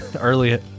early